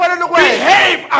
Behave